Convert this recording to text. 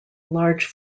large